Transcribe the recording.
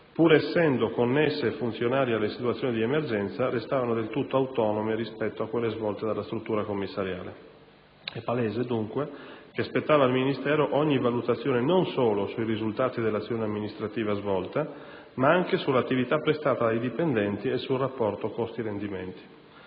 pur essendo connesse e funzionali alle situazioni di emergenza, restavano del tutto autonome rispetto a quelle svolte dalla struttura commissariale. È palese, dunque, che spettava al Ministero ogni valutazione non solo sui risultati dell'azione amministrativa svolta, ma anche sull'attività prestata dai dipendenti e sul rapporto costi/rendimenti.